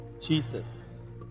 Jesus